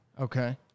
Okay